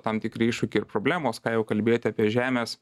tam tikri iššūkiai ir problemos ką jau kalbėti apie žemės